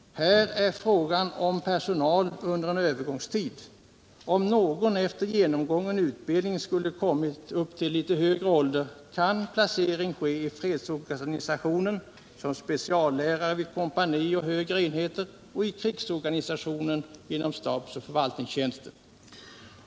Här är det fråga om personal under en övergångstid. Om någon efter genomgången utbildning skulle ha kommit upp till litet högre ålder, kan placering ske i fredsorganisationen som speciallärare vid kompani och högre enheter och i krigsorganisationen inom stabsoch förvaltningstjänsten.